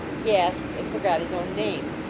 gasped, and forgot his own name.